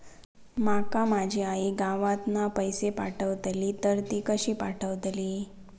माका माझी आई गावातना पैसे पाठवतीला तर ती कशी पाठवतली?